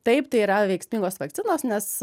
taip tai yra veiksmingos vakcinos nes